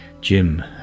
Jim